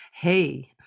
Hey